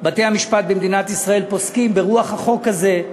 בתי-המשפט במדינת ישראל פוסקים ברוח החוק הזה.